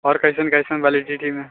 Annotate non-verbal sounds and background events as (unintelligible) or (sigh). आओर कैसन कैसन बा (unintelligible)